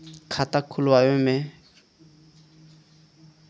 खाता खुलावे म आधार कार्ड लागत बा का?